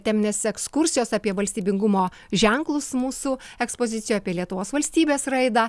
teminės ekskursijos apie valstybingumo ženklus mūsų ekspozicijoj apie lietuvos valstybės raidą